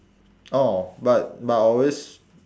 oh but but I always